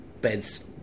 beds